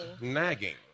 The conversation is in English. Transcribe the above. nagging